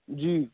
جی